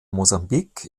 mosambik